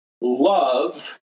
Love